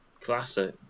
classic